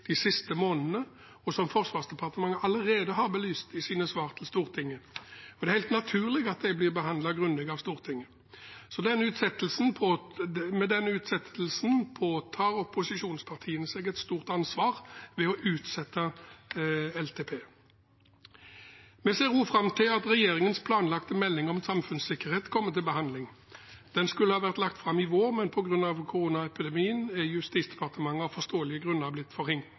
de siste månedene, og som Forsvarsdepartementet allerede har belyst i sine svar til Stortinget. Det er helt naturlig at de blir behandlet grundig av Stortinget. Opposisjonspartiene påtar seg et stort ansvar ved å utsette langtidsplanen. Vi ser også fram til at regjeringens planlagte melding om samfunnssikkerhet kommer til behandling. Den skulle ha vært lagt fram i vår, men på grunn av koronaepidemien er Justisdepartementet av forståelige grunner blitt